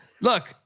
Look